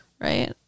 Right